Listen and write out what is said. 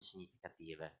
significative